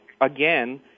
again